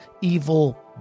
evil